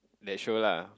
that sure lah